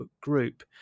group